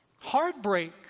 heartbreak